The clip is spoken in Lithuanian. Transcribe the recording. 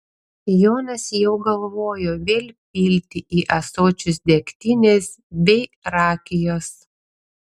jonas jau galvojo vėl pilti į ąsočius degtinės bei rakijos